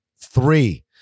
three